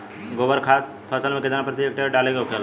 गोबर खाद फसल में कितना प्रति हेक्टेयर डाले के होखेला?